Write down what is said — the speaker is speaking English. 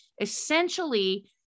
Essentially